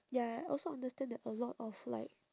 ya also understand that a lot of like